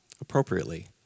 appropriately